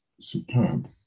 superb